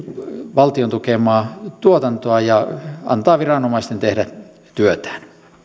valtion tukemaa tuotantoa ja antaa viranomaisten tehdä työtään